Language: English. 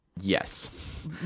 Yes